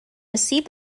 receive